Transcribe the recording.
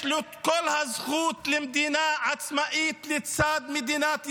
יש לו את כל הזכות למדינה עצמאית לצד מדינת ישראל.